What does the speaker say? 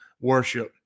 worship